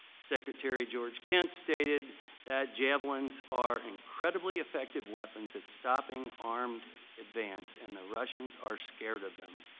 secretary george kent stated that javelin are incredibly effective weapons at stopping armed advanced and the russians are scared of them.